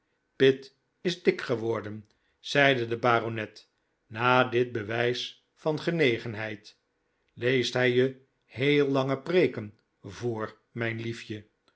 pitt is dik geworden zeide de baronet na dit bewijs van genegenheid leest hij je heel lange preeken voor mijn lief